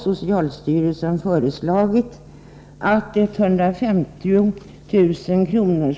Socialstyrelsen har ju föreslagit att 150 000 kr.